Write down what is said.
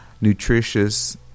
nutritious